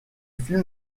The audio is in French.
film